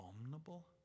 abominable